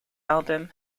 album